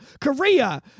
Korea